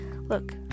Look